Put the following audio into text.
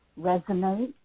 resonate